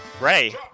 Ray